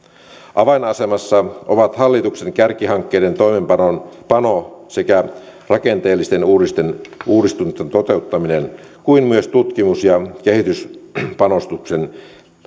avainasemassa ovat hallituksen kärkihankkeiden toimeenpano sekä rakenteellisten uudistusten toteuttaminen kuin myös tutkimus ja kehityspanostusten